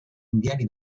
indiani